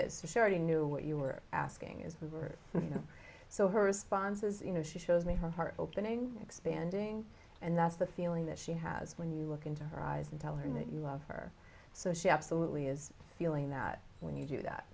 and she is already knew what you were asking is were you know so her response is you know she shows me her heart opening expanding and that's the feeling that she has when you look into her eyes and tell her that you love her so she absolutely is feeling that when you do that